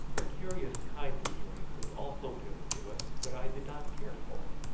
a curious kind of drink was also given to us, but i did not care for it,